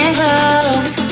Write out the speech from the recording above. close